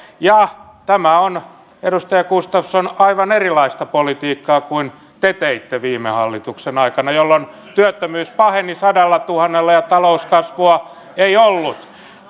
ja tämä on edustaja gustafsson aivan erilaista politiikkaa kuin te teitte viime hallituksen aikana jolloin työttömyys paheni sadallatuhannella ja talouskasvua ei ollut